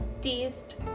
taste